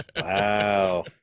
Wow